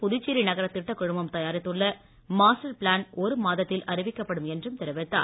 புதுச்சேரி நகர திட்டக் குழுமம் தயாரித்துள்ள மாஸ்டர் பிளான் ஒரு மாதத்தில் அறிவிக்கப்படும் என்றும் அவர் தெரிவித்தார்